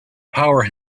power